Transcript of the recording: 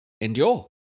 endure